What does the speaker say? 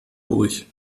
durch